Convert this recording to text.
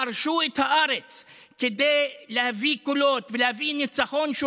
חרשו את הארץ כדי להביא קולות ולהביא ניצחון שהוא